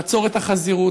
לעצור את החזירות.